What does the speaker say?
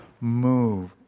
move